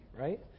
right